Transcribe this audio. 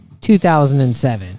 2007